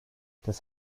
das